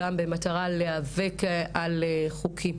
גם במטרה להיאבק על חוקים.